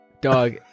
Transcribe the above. Dog